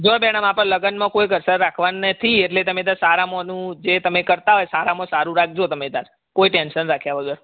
જુઓ બેન હવે આપણે લગનમાં કોઈ કસર રાખવાની નથી એટલે તમે તાર સારામાંનું જે તમે કરતા હોય સારામાં સારૂં રાખજો તમે તાર કોઈ ટેન્શન રાખ્યા વગર